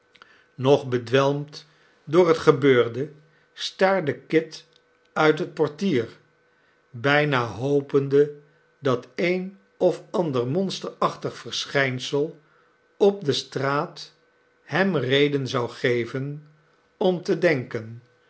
nog bedwelmd door het gebeurde staarde kit uit het portier bijna hopende dat een of ander monsterachtig verschijnsel op de straat hem reden zou geven om te denken